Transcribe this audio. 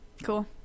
cool